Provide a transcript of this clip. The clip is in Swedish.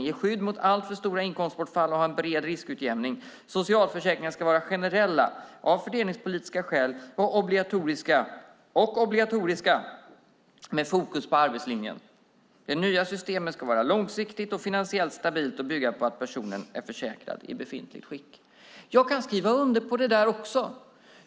De ska ge skydd mot alltför stora inkomstbortfall och ha en bred riskutjämning. Socialförsäkringarna ska vara generella av fördelningspolitiska skäl och obligatoriska med fokus på arbetslinjen. Det nya systemet ska vara långsiktigt och finansiellt stabilt och bygga på att personen är försäkrad i befintligt skick. Jag kan skriva under på detta också.